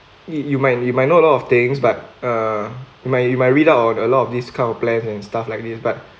you might you might know a lot of things but uh you might you might read up on a lot of this kind of plan and stuff like this but